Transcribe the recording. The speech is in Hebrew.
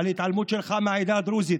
ההתעלמות שלך מהעדה הדרוזית,